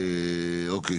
אוקיי,